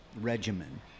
regimen